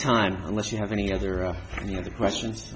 time unless you have any other of the other questions